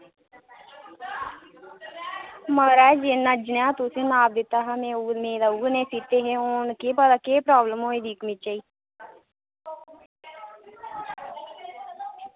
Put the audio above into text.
माराज जिन्ना जनेहा तुस नाप दित्ता हा में मेरा उऐ नेहा सीते हे हुन केह् पता केह् प्राब्लम होई दी कमीजै ई